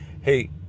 hey